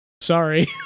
Sorry